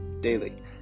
daily